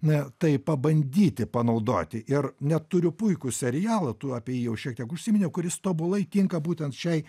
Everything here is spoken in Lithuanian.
na tai pabandyti panaudoti ir net turiu puikų serialą tu apie jį jau šiek tiek užsiminei kuris tobulai tinka būtent šiai